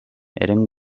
eren